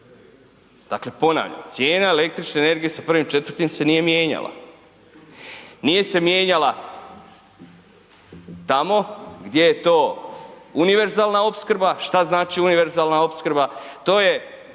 Dakle, ponavljam cijena električne energije sa 1.4. se nije mijenjala, nije se mijenjala tamo gdje je to univerzalna opskrba. Šta znači univerzalna opskrba? To je